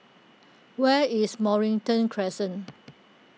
where is Mornington Crescent